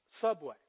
subway